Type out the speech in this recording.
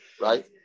Right